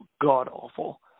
god-awful